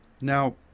Now